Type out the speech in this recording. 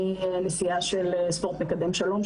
אני הנשיאה של 'ספורט מקדם שלום',